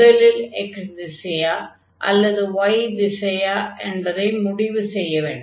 முதலில் x திசையா அல்லது y திசையா என்பதை முடிவு செய்ய வேண்டும்